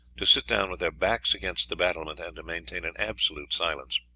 to sit down with their backs against the battlement, and to maintain an absolute silence.